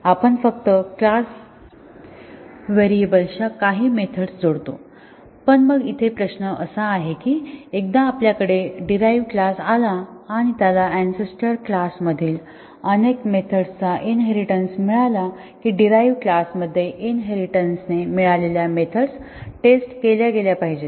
आपण फक्त क्लास व्हेरिएबल्सच्या काही मेथड्स जोडतो पण मग इथे प्रश्न असा आहे की एकदा आपल्याकडे डीराईव्ह क्लास आला आणि त्याला अँसेस्टर क्लासमधील अनेक मेथड्सचा इनहेरिटेन्स मिळाला की डीराईव्ह क्लास मध्ये इनहेरिटेन्सने मिळालेल्या मेथड्स टेस्ट केल्या गेल्या पाहिजेत